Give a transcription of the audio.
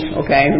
okay